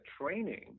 training